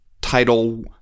title